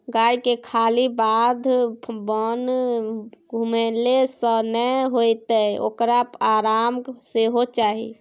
गायके खाली बाध बोन घुमेले सँ नै हेतौ ओकरा आराम सेहो चाही